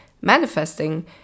manifesting